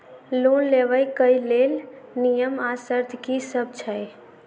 Loan लेबऽ कऽ लेल नियम आ शर्त की सब छई?